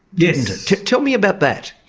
didn't it? tell me about that.